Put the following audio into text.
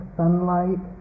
sunlight